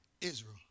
Israel